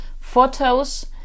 photos